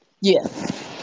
Yes